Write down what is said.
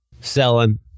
Selling